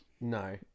no